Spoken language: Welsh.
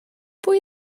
pwy